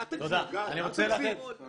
אל תגזים, גיא.